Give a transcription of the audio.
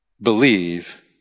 Believe